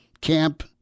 camp